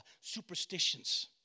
superstitions